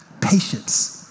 Patience